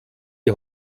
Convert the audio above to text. die